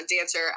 dancer